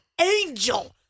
angel